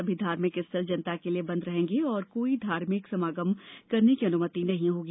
सभी धार्मिक स्थंल जनता के लिए बंद रहेंगे और कोई धार्मिक समागम करने की अनुमति नहीं होगी